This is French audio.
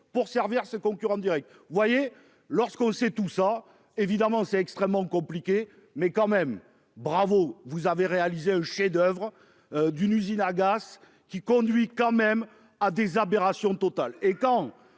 pour servir ce concurrent Direct vous voyez. Lorsqu'on sait tout ça évidemment c'est extrêmement compliqué. Mais quand même. Bravo, vous avez réalisé un chef-d', oeuvre d'une usine agace qui conduit quand même à des aberrations totales.